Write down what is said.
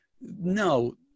no